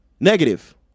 Negative